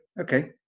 okay